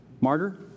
Martyr